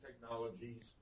technologies